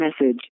message